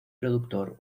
productor